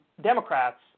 Democrats